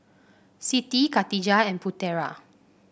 Siti Katijah and Putera